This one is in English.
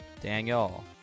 Daniel